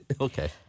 okay